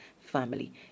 family